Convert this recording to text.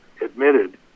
admitted